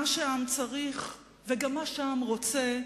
מה שהעם צריך, וגם מה שהעם רוצה,